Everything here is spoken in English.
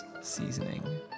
seasoning